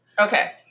Okay